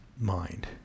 mind